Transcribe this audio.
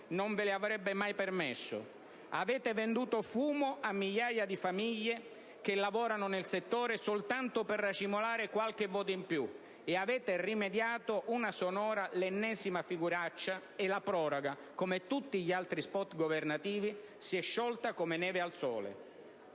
non ve lo avrebbe mai permesso. Avete venduto fumo a migliaia di famiglie che lavorano nel settore, soltanto per racimolare qualche voto in più e avete rimediato una sonora, l'ennesima, figuraccia; e la proroga, come tutti gli altri *spot* governativi, si è sciolta come neve al sole.